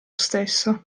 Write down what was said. stesso